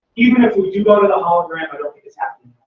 even if we do go to the hologram, i don't think it's happening